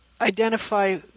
identify